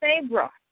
Sabra